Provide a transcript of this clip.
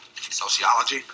Sociology